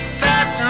fat